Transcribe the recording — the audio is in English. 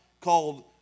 called